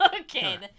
Okay